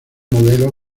modelo